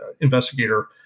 investigator